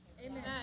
Amen